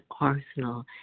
arsenal